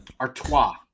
Artois